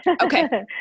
okay